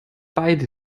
beide